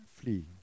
flee